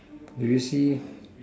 do you see